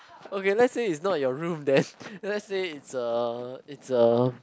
okay let's say it's not your room then let's say it's uh it's uh